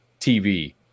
TV